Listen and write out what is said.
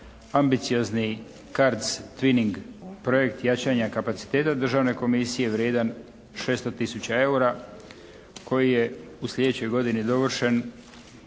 ambiciozni CARDS twenning projekt jačanja kapaciteta Državne komisije vrijedan 600 tisuća eura koji je u sljedećoj godini dovršen